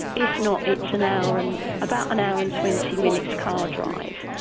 if not it's an hour and about an hour and twenty minutes car drive.